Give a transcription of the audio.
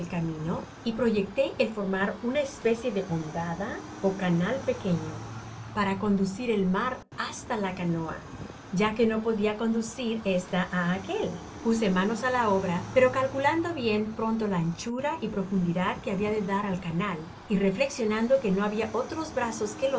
y proyectó el formar una especie de hondonada ó canal pequeño para conducir el mar hasta la canoa ya que no podia conducir esta hasta aquel puse manos á la obra pero calculando bien pronto la anebura y profundidad que habia de dar al canal y reflexionando que no habia otros brazos